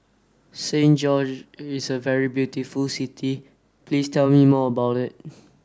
Saint George's is a very beautiful city Please tell me more about it